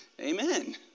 Amen